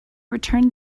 returned